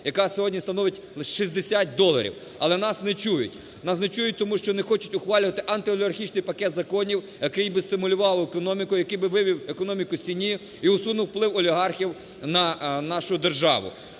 яка сьогодні становить 60 доларів. Але нас не чують. Нас не чують, тому що не хочуть ухвалювати антиолігархічний пакет законів, який би стимулював економіку, який би вивів економіку з тіні і усунув вплив олігархів на нашу державу.